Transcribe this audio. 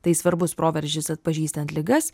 tai svarbus proveržis atpažįstant ligas